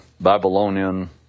Babylonian